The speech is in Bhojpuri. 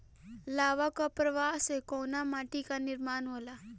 लावा क प्रवाह से कउना माटी क निर्माण होला?